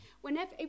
Whenever